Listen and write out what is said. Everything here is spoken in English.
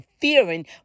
fearing